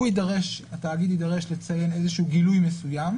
התאגיד יידרש לציין איזשהו גילוי מסוים.